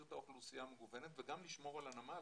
את האוכלוסייה המגוונת וגם לשמור על הנמל,